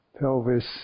pelvis